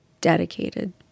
dedicated